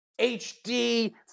HD